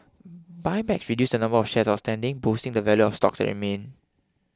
buybacks reduce the number of shares outstanding boosting the value of stock that remain